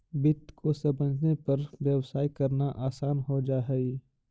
वित्त को समझने पर हर व्यवसाय करना आसान हो जा हई